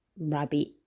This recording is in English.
rabbit